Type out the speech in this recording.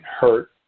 hurt